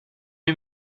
lui